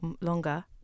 longer